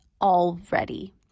already